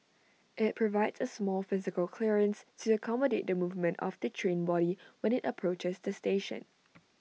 IT provides A small physical clearance to accommodate the movement of the train body when IT approaches the station